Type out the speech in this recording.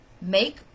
make